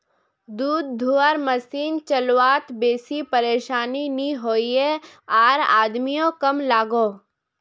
दूध धुआर मसिन चलवात बेसी परेशानी नि होइयेह आर आदमियों कम लागोहो